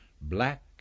black